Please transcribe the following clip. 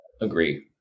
Agree